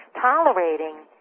Tolerating